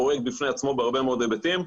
פרויקט בפני עצמו בהרבה מאוד היבטים,